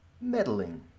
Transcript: meddling